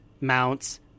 mounts